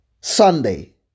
Sunday